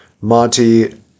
Monty